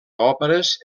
òperes